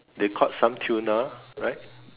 they caught some tuna right